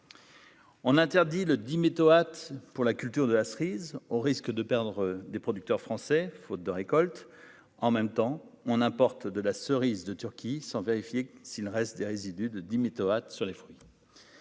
On interdit le diméthoate pour la culture de la cerise, on risque de perdre des producteurs français, faute de récolte en même temps on importe de la cerises de Turquie sans vérifier s'il reste des résidus de diméthoate sur les fruits.